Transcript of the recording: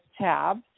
tab